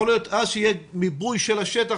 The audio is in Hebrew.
יכול להיות שעד אז יהיה מיפוי של השטח